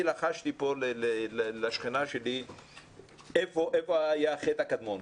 אני לחשתי כאן לשכנה שלי היכן היה החטא הקדמון.